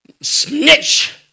Snitch